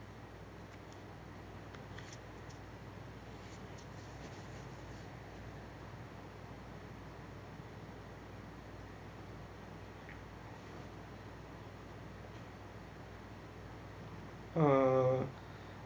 uh